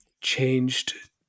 changed